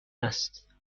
است